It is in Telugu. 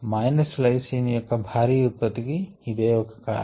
మైనస్ లైసిన్ యొక్క భారీ ఉత్పత్తికి ఇదే ఒక కారణం